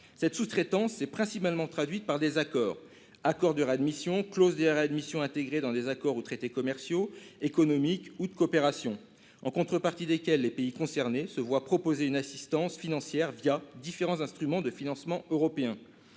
Cette sous-traitance s'est principalement traduite par des accords- accords de réadmission, clauses de réadmission intégrées dans des accords ou traités commerciaux, économiques ou de coopération -, en contrepartie desquels les pays concernés se voient proposer une assistance financière différents instruments de financement européens.